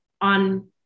on